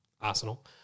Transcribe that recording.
arsenal